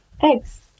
Thanks